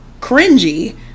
cringy